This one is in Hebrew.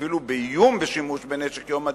אפילו באיום בשימוש בנשק יום הדין,